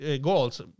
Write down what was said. goals